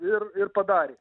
ir ir padarė